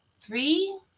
Three